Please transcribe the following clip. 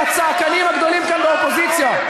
הצעקנים הגדולים כאן באופוזיציה: